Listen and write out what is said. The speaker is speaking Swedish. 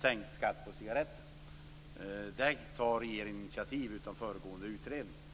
sänkt skatt på cigaretter. Där tar regeringen initiativ utan föregående utredning.